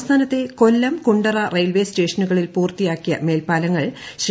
സംസ്ഥാനത്തെ കൊല്ലം കുണ്ടറ റെയിൽവെസ്റ്റേഷനുകളിൽ പൂർത്തിയാക്കിയ മേൽപ്പാലങ്ങൾ ശ്രീ